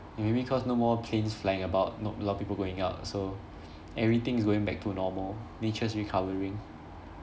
maybe because no more planes flying about not a lot of people going out so everything is going back to normal nature is recovering